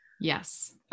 Yes